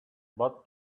but